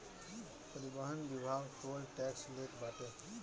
परिवहन विभाग toll tax लेत बाटे